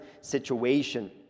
situation